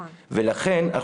לכן,